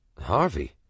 Harvey